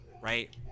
Right